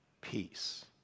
Peace